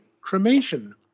cremation